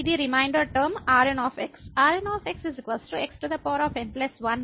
ఇది రిమైండర్ టర్మ Rn Rn xn1n 1